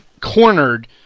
cornered